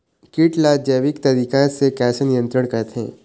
कीट ला जैविक तरीका से कैसे नियंत्रण करथे?